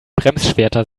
bremsschwerter